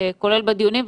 כולל בדיונים,